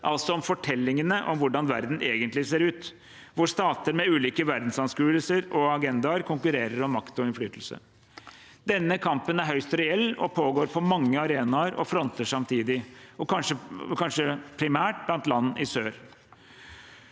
altså om fortellingene om hvordan verden egentlig ser ut, hvor stater med ulike verdensanskuelser og agendaer konkurrerer om makt og innflytelse. Denne kampen er høyst reell og pågår på mange arenaer og fronter samtidig – og kanskje primært blant land i sør.